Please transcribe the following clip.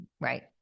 right